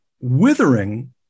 withering